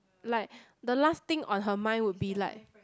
like the last thing on her mind would be like